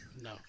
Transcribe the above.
No